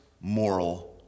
moral